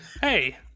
Hey